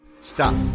Stop